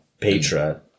Petra